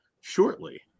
shortly